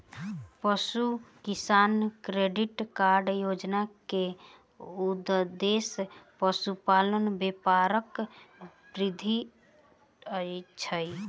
पशु किसान credit card योजना के उद्देश्य पशुपालन व्यापारक वृद्धि अछि